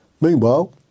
Meanwhile